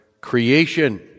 creation